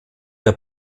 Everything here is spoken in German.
der